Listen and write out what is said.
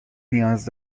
نیاز